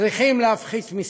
צריכים להפחית מסים,